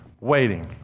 waiting